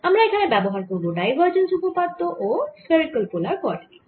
আমরা এখানে ব্যবহার করব ডাইভারজেন্স উপপাদ্য ও স্ফেরিকাল পোলার কোঅরডিনেট